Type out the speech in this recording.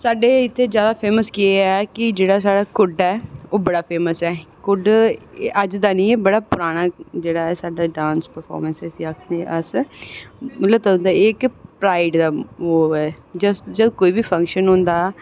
साढ़े इत्थै जैदा फेमस केह् ऐ कि जेह्ड़ा साढ़ा कुड्ड ऐ ओह् बड़ा फेमस ऐ कुड्ड अज्ज दा निं ऐ एह् साढ़ा बड़ा पराना डांस परफार्मेंस बी आखने अस मतलब तदूं दा एह् इक प्राईड दा जद कोई बी फंक्शन होंदा